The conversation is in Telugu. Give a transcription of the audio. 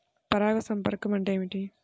పరాగ సంపర్కం అంటే ఏమిటి?